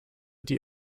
die